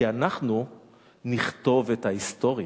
כי אנחנו נכתוב את ההיסטוריה.